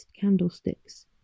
candlesticks